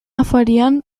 afarian